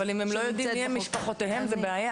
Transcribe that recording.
אבל אם הם לא יודעים מי הם משפחותיהם זאת בעיה.